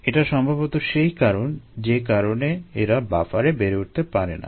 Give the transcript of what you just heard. এটা সম্ভবত সেই কারণ যে কারণে এরা বাফারে বেড়ে উঠতে পারে না